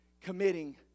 committing